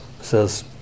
says